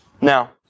Now